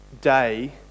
day